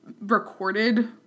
recorded